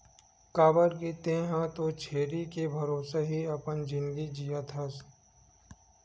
काबर के तेंहा तो छेरी के भरोसा ही अपन जिनगी जियत हस